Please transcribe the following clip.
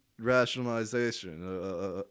rationalization